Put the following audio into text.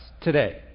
today